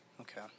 Okay